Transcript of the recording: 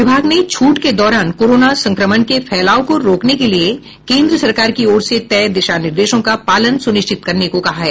विभाग ने छूट के दौरान कोरोना संक्रमण के फैलाव को रोकने के लिये केंद्र सरकार की ओर से तय दिशा निर्देशों का पालन सुनिश्चित करने को कहा है